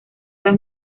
las